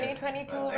2022